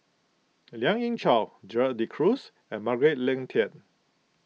Lien Ying Chow Gerald De Cruz and Margaret Leng Tan